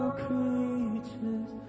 creatures